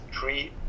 three